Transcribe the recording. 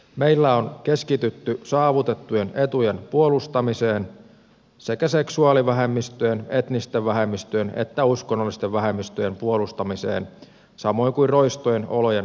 meillä on keskitytty saavutettujen etujen puolustamiseen sekä seksuaalivähemmistöjen etnisten vähemmistöjen ja uskonnollisten vähemmistöjen puolustamiseen samoin kuin roistojen olojen parantamiseen